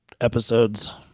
episodes